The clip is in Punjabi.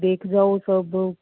ਦੇਖ ਜਾਓ ਸਭ